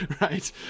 right